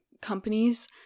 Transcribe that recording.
companies